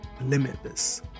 limitless